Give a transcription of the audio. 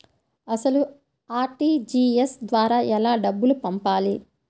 అసలు అర్.టీ.జీ.ఎస్ ద్వారా ఎలా డబ్బులు పంపాలి?